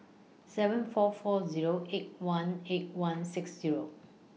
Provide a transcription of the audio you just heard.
seven four four Zero eight one eight one six Zero